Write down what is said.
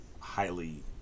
highly